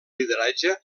lideratge